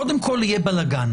קודם כול יהיה בלגן.